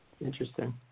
Interesting